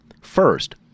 First